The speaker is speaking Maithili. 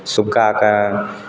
सुग्गाके